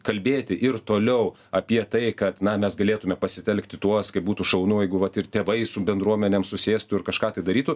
kalbėti ir toliau apie tai kad na mes galėtume pasitelkti tuos kaip būtų šaunu jeigu vat ir tėvai su bendruomenėm susėstų ir kažką tai darytų